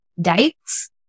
dates